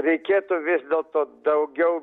reikėtų vis dėlto daugiau